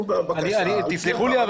תסלחו לי,